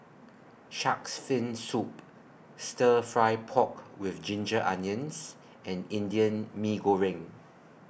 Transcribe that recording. Shark's Fin Soup Stir Fry Pork with Ginger Onions and Indian Mee Goreng